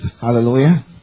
Hallelujah